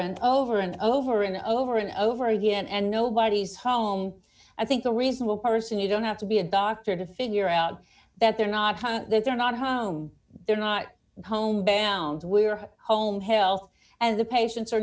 and over and over and over and over again and nobody's home i think the reasonable person you don't have to be a doctor to figure out that they're not they're not home they're not home bound we're home health and the patien